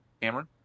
Cameron